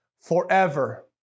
Forever